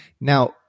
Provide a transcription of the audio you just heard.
Now